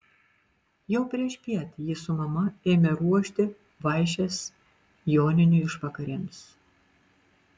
jau priešpiet ji su mama ėmė ruošti vaišes joninių išvakarėms